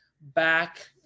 back